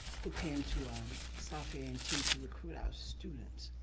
who came to um southfield a and t to recruit our students.